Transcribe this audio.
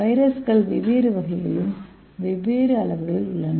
வைரஸ்கள் வெவ்வேறு வகைகளிலும் வெவ்வேறு அளவுகளிலும் உள்ளன